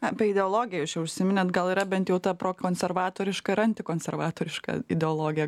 apie ideologiją jūs čia užsiminėt gal yra bent jau ta pro konservatoriška ir antikonservatoriška ideologija